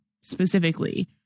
specifically